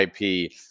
IP